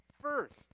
first